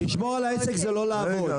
לשמור על העסק זה לא לעבוד.